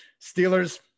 Steelers